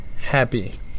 happy